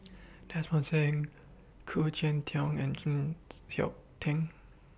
Desmond SIM Khoo Cheng Tiong and Chng Seok Tin